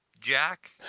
Jack